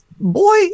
boy